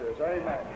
Amen